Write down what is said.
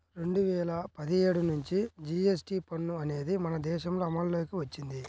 రెండు వేల పదిహేడు నుంచి జీఎస్టీ పన్ను అనేది మన దేశంలో అమల్లోకి వచ్చింది